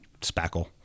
spackle